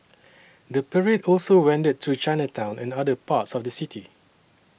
the parade also wended through Chinatown and other parts of the city